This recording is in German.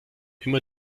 immer